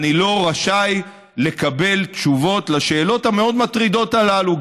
אני לא רשאי לקבל תשובות על השאלות המאוד-מטרידות הללו.